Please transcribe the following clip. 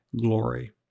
glory